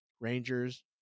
Rangers